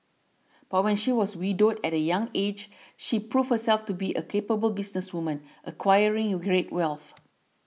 but when she was widowed at a young aged she proved herself to be a capable businesswoman acquiring who great wealth